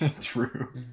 True